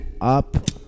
up